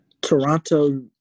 Toronto